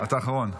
אתה אחרון.